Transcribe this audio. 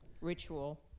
ritual